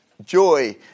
joy